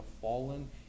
fallen